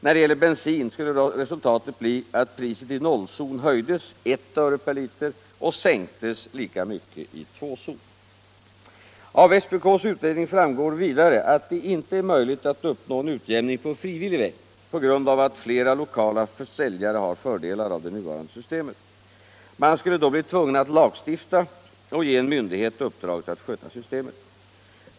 När det gäller bensin skulle resultatet bli att priset i 0-zonen höjdes I öre per liter och sänktes lika mycket i 2-zon. Av SPK:s utredning framgår vidare att det inte är möjligt att uppnå en utjämning på frivillig väg på grund av att flera lokala säljare har fördelar av det nuvarande systemet. Man skulle då bli tvungen att lagstifta och ge en myndighet uppdraget att sköta systemet.